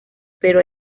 pero